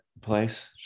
place